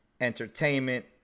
entertainment